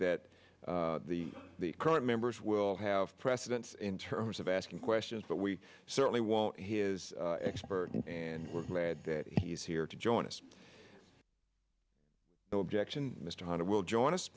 that the current members will have precedence in terms of asking questions but we certainly want his expert and we're glad that he's here to join us no objection mr hunter will join us